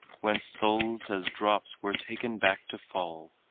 whence souls as drops were taken back to fall,